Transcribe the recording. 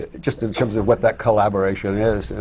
just in terms of what that collaboration is.